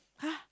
!huh!